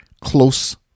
close